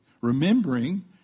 Remembering